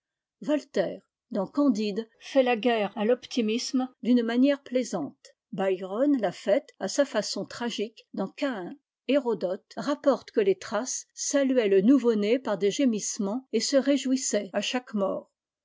voltaire dans candide fait la guerre à l'optimisme d'une ma nière plaisante byron l'a faite à sa façon tra gique dans cain hérodote rapporte que les thraces saluaient le nouveau-né par des gémisse ments et se réjouissaient à chaque mort